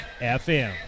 fm